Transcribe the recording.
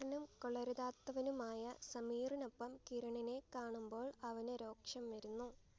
പണക്കാരനും കൊള്ളരുതാത്തവനുമായ സമീറിനൊപ്പം കിരണിനെ കാണുമ്പോൾ അവന് രോക്ഷം വരുന്നു